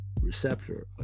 receptor